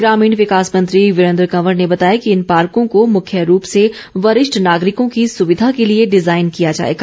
ग्रामीण विकास मंत्री वीरेंद्र कंवर ने बताया कि इन पार्को को मुख्य रूप से वरिष्ठ नागरिकों की सुविधा के लिए डिजाईन किया जाएगा